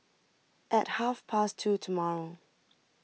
at half past two tomorrow